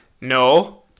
No